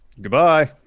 Goodbye